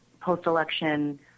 post-election